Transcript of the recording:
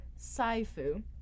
Saifu